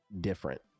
different